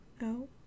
No